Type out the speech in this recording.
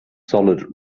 solid